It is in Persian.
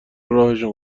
راهشون